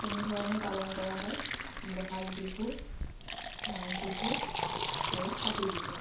তিনি ধৰণে পালন কৰা হয় বহাগ বিহু মাঘ বিহু আৰু কাতি বিহু